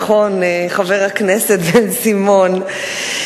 נכון, חבר הכנסת בן סימון.